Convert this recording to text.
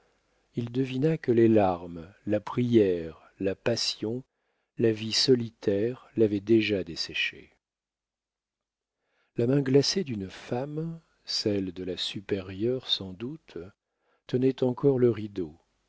il devina que les larmes la prière la passion la vie solitaire l'avaient déjà desséchée la main glacée d'une femme celle de la supérieure sans doute tenait encore le rideau